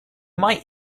might